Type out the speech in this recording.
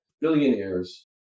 billionaires